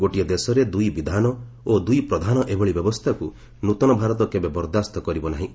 ଗୋଟିଏ ଦେଶରେ ଦୁଇ ବିଧାନ ଓ ଦୁଇ ପ୍ରଧାନ ଏଭଳି ବ୍ୟବସ୍ଥାକୁ ନୃତନ ଭାରତ କେବେ ବରଦାସ୍ତ କରିବ ନାହିଁ